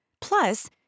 Plus